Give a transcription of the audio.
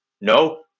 No